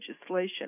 legislation